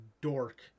dork